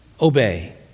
obey